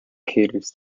caters